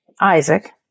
Isaac